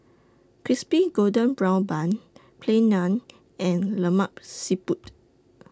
Crispy Golden Brown Bun Plain Naan and Lemak Siput